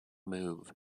move